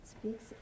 speaks